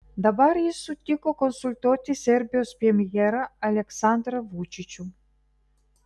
dabar jis sutiko konsultuoti serbijos premjerą aleksandrą vučičių